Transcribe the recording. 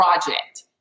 project